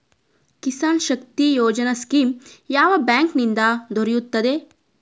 Kisan Shakti Yojana scheme ಯಾವ bank ನಿಂದ ದೊರೆಯುತ್ತದೆ?